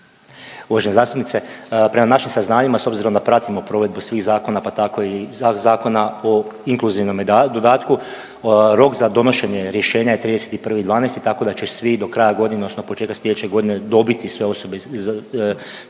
Uvažena zastupnice. Prema našim saznanjima s obzirom da pratimo provedbu svih zakona pa tako i Zakona o inkluzivnom dodatku rok za donošenje rješenja je 31.12. tako da će svi do kraja godine odnosno početka sljedeće godine dobiti sve osobe će